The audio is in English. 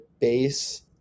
base